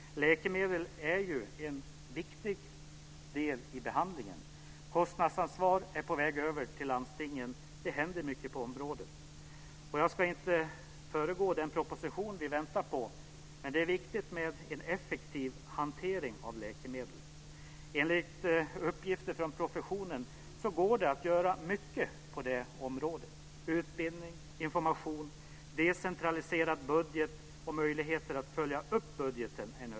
Läkemedel är ju en viktig del i behandlingen. Kostnadsansvar är på väg över till landstingen. Det händer mycket på området. Jag ska inte föregå den proposition som vi väntar på, men det är viktigt med en effektiv hantering av läkemedel. Enligt uppgifter från professionen går det att göra mycket på det området. Det är nödvändigt med utbildning, information, en decentraliserad budget och möjligheter att följa upp budgeten.